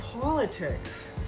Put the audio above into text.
politics